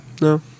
No